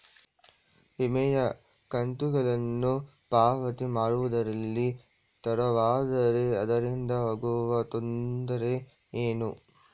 ವಿಮೆಯ ಕಂತುಗಳನ್ನು ಪಾವತಿ ಮಾಡುವುದರಲ್ಲಿ ತಡವಾದರೆ ಅದರಿಂದ ಆಗುವ ತೊಂದರೆ ಏನು?